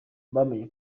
bamenye